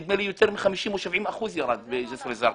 נדמה לי שיש ירידה של יותר מ-50 או 70 אחוזים בג'יסר א זרקא.